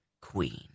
Queen